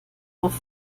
auf